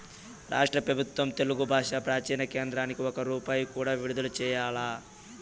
రాష్ట్ర పెబుత్వం తెలుగు బాషా ప్రాచీన కేంద్రానికి ఒక్క రూపాయి కూడా విడుదల చెయ్యలా